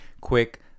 quick